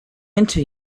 into